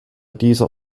dieser